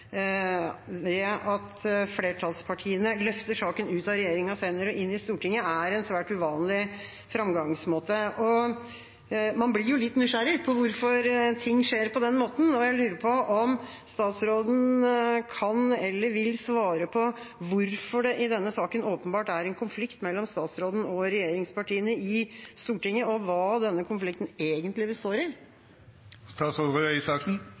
ved at flertallspartiene løfter saken ut av regjeringas hender og inn i Stortinget, er en svært uvanlig framgangsmåte. Man blir jo litt nysgjerrig på hvorfor ting skjer på den måten, og jeg lurer på om statsråden kan eller vil svare på hvorfor det i denne saken åpenbart er en konflikt mellom statsråden og regjeringspartiene i Stortinget, og hva denne konflikten egentlig består